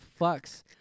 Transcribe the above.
fucks